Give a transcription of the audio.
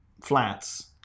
Flats